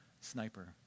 Sniper